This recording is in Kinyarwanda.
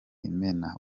imena